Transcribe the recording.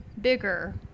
bigger